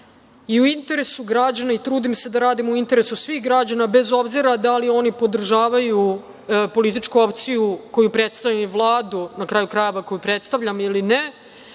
i u interesu građana i trudim se da radim u interesu svih građana, bez obzira da li oni podržavaju političku opciju koju predstavljaju Vladu, na kraju krajeva, koju predstavljam ili ne,